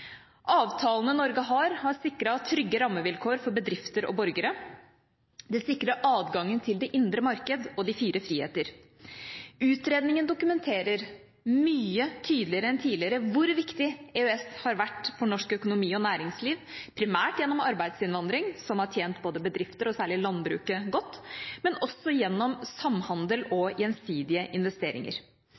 Avtalene Norge har, har sikret trygge rammevilkår for bedrifter og borgere. De sikrer adgangen til det indre marked og de fire friheter. Utredningen dokumenterer mye tydeligere enn tidligere hvor viktig EØS har vært for norsk økonomi og næringsliv primært gjennom arbeidsinnvandring, som har tjent både bedriftene og særlig landbruket godt, men også gjennom samhandel og gjensidige investeringer.